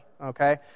okay